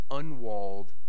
unwalled